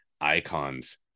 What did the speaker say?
icons